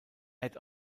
add